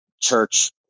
church